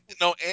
No